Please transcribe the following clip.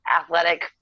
athletic